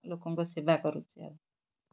ଲୋକଙ୍କ ସେବା କରୁଛି ଆଉ